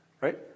Right